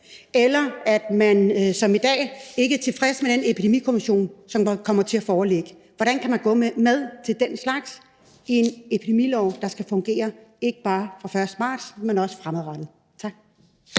det er i dag, er tilfreds med den Epidemikommission, som der kommer til at være. Hvordan kan man gå med til den slags i en epidemilov, der skal fungere, ikke bare den 1. marts, men også fremadrettet? Tak.